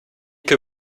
que